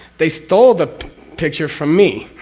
they stole the picture from me,